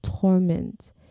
torment